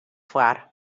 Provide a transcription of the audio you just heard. foar